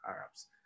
Arabs